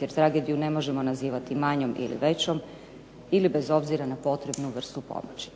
Jer tragediju ne možemo nazivati manjom ili većom ili bez obzira na potrebnu vrstu pomoći.